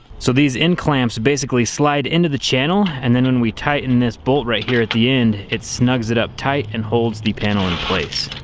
so these end clamps basically slide into the channel, and then we tighten this bolt right here at the end, it's snugs it up tight and holds the panel in place.